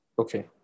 Okay